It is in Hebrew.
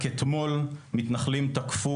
רק אתמול מתנחלים תקפו,